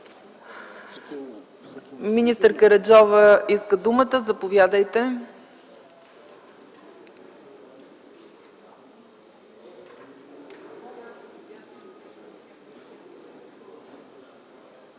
Министър Караджова иска думата. Заповядайте.